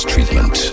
Treatment